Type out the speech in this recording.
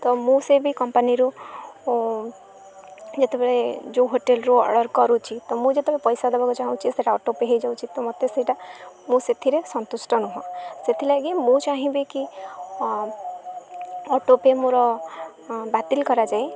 ତ ମୁଁ ସେ ବି କମ୍ପାନୀରୁ ଯେତେବେଳେ ଯେଉଁ ହୋଟେଲ୍ରୁ ଅର୍ଡ଼ର୍ କରୁଛି ତ ମୁଁ ଯେତେବେଳେ ପଇସା ଦବାକୁ ଚାହୁଁଛି ସେଇଟା ଅଟୋପେ ହୋଇଯାଉଛି ତ ମୋତେ ସେଇଟା ମୁଁ ସେଥିରେ ସନ୍ତୁଷ୍ଟ ନୁହଁ ସେଥିଲାଗି ମୁଁ ଚାହିଁବି କି ଅଟୋପେ ମୋର ବାତିଲ୍ କରାଯାଇ